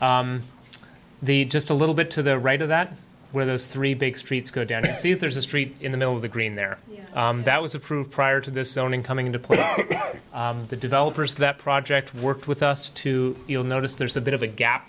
there the just a little bit to the right of that where those three big streets go down and see if there's a street in the middle of the green there that was approved prior to this owning coming in to put out the developers that project worked with us too you'll notice there's a bit of a gap